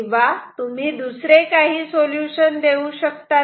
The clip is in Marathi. किंवा तुम्ही दुसरे काही सोल्युशन देऊ शकतात का